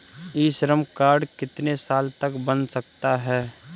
ई Shram card कितने साल तक बन सकता है?